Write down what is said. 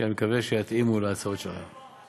שאני מקווה שיתאימו להצעות שלך.